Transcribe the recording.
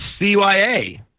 CYA